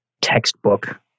textbook